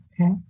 Okay